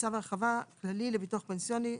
"צו הרחבה כללי לביטוח פנסיוני"